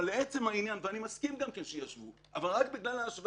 אני מסכים גם כן שישוו, אבל רק בגלל ההשוואה